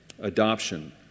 adoption